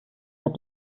hat